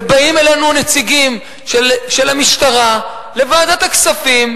ובאים אלינו נציגים של המשטרה לוועדת הכספים,